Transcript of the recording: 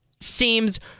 seems